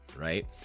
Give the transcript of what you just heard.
right